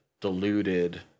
diluted